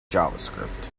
javascript